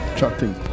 chatting